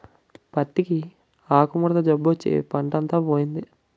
పత్తికి ఆకుముడత జబ్బొచ్చి పంటంతా పోయింది